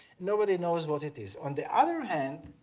nobody knows what it is. on the other hand,